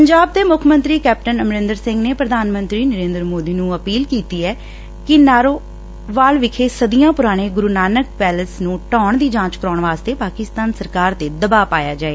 ਪੰਜਾਬ ਦੇ ਮੁੱਖ ਮੰਤਰੀ ਕੈਪਟਨ ਅਮਰਿੰਦਰ ਸਿੰਘ ਨੇ ਪ੍ਰਧਾਨ ਮੰਤਰੀ ਨਰੇਂਦਰ ਮੋਦੀ ਨੂੰ ਅਪੀਲ ਕੀਤੀ ਐ ਕਿ ਨਾਰੋਵਾਲ ਵਿਖੇ ਸਦੀਆਂ ਪੁਰਾਣੇ ਗੁਰੁ ਨਾਨਕ ਪੈਲਸ ਨੂੰ ਢਾਹੁਣ ਦੀ ਜਾਂਚ ਕਰਵਾਉਣ ਵਾਸਤੇ ਪਾਕਿਸਤਾਨ ਸਰਕਾਰ ਤੇ ਦਬਾਅ ਪਾਇਆ ਜਾਏ